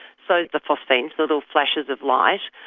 so the phosphines, the little flashes of light,